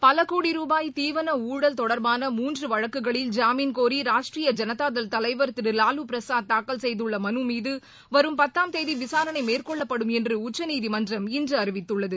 பல கோடி ரூபாய் தீவன ஊழல் தொடர்பாள மூன்று வழக்குகளில் ஜாமீன் கோரி ராஷ்ட்ரீய ஜனதாதள் தலைவர் திரு வாலுபிரசாத் தாக்கல் செய்துள்ள மலு மீது வரும் பத்தாம் தேதி விசாரணை மேற்கொள்ளப்படும் என்று உச்சநீதிமன்றம் இன்று அறிவித்துள்ளது